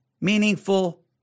meaningful